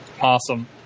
Awesome